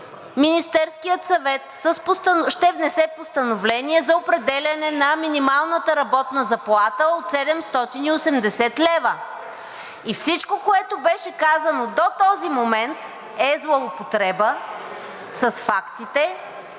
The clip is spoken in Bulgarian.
Министерският съвет ще внесе постановление за определяне на минималната работна заплата от 780 лв. Всичко, което беше казано до този момент, е злоупотреба с фактите